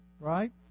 Right